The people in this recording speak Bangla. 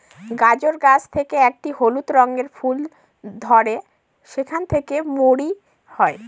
গাজর গাছ থেকে একটি হলুদ রঙের ফুল ধরে সেখান থেকে মৌরি হয়